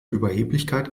überheblichkeit